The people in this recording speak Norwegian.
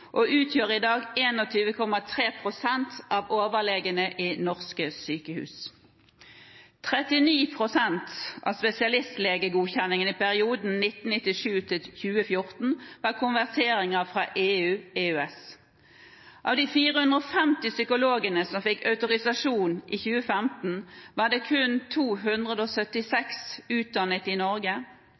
og utgjør i dag 21,3 pst. av overlegene i norske sykehus. 39 pst. av spesialistlegegodkjenningene i perioden 1997–2014 var konverteringer fra EU/EØS. Av de 450 psykologene som fikk autorisasjon i 2015, var kun 276 utdannet i Norge. 103 var utdannet i